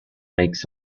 makes